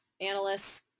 analysts